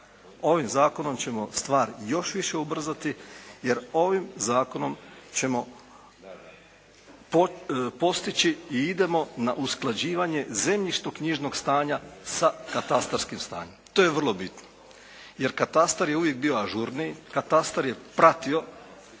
Ovim zakonom ćemo stvar još više ubrzati jer ovim zakonom ćemo postići i idemo na usklađivanje zemljišno-knjižnog stanja sa katastarskim stanjem. To je vrlo bitno. Jer katastar je uvijek bio ažurniji. Katastar je pratio